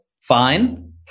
fine